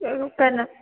न त न